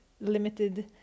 limited